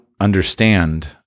understand